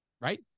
right